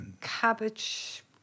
Cabbage